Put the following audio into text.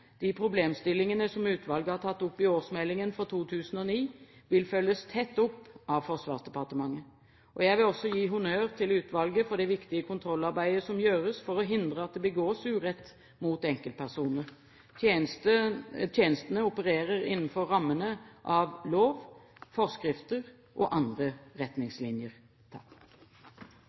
De problemstillingene som utvalget har tatt opp i årsmeldingen for 2009, vil følges tett opp av Forsvarsdepartementet. Jeg vil også gi honnør til utvalget for det viktige kontrollarbeidet som gjøres for å hindre at det begås urett mot enkeltpersoner. Tjenestene opererer innenfor rammene av lov, forskrifter og andre retningslinjer.